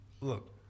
Look